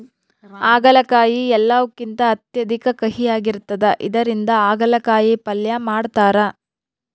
ಆಗಲಕಾಯಿ ಎಲ್ಲವುಕಿಂತ ಅತ್ಯಧಿಕ ಕಹಿಯಾಗಿರ್ತದ ಇದರಿಂದ ಅಗಲಕಾಯಿ ಪಲ್ಯ ಮಾಡತಾರ